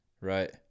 right